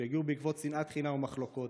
שהגיעו בעקבות שנאת חינם ומחלוקות,